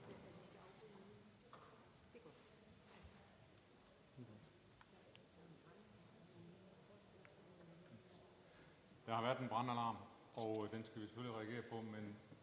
Der har været en brandalarm. Den skal vi selvfølgelig reagere på, men